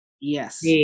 Yes